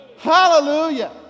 Hallelujah